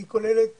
היא כוללת